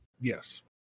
Yes